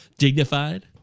dignified